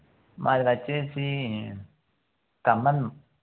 మాది వచ్చేసి ఖమ్మం